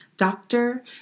doctor